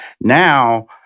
Now